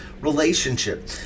relationship